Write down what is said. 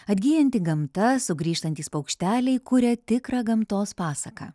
atgyjanti gamta sugrįžtantys paukšteliai kuria tikrą gamtos pasaką